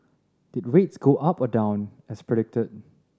did rates go up or down as predicted